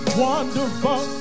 wonderful